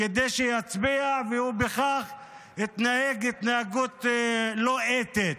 כדי שיצביע, ובכך הוא התנהג התנהגות לא אתית.